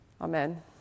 Amen